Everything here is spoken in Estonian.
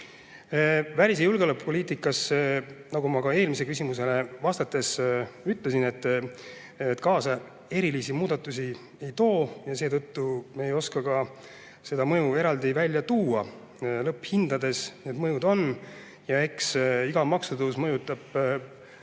Välis‑ ja julgeolekupoliitikas see, nagu ma ka eelmisele küsimusele vastates ütlesin, kaasa erilisi muudatusi ei too ja seetõttu me ei oska ka seda mõju eraldi välja tuua. Lõpphindades need mõjud on. Eks iga maksutõus mõjutab kogu